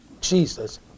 jesus